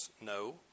No